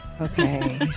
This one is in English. Okay